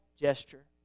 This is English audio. gesture